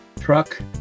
truck